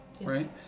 right